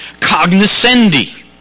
cognoscendi